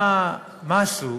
מה עשו?